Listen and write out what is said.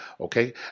okay